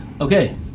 Okay